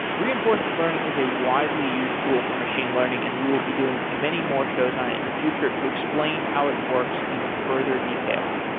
reinforcement learning is a widely used tool for machine learning and we will be doing many more shows on it in the future to explain how it works in further detail,